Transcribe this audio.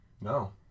No